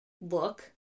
look